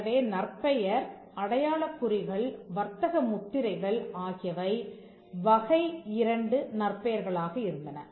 எனவே நற்பெயர் அடையாளக் குறிகள் வர்த்தக முத்திரைகள் ஆகியவை வகை2 நற் பெயர்களாக இருந்தன